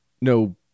No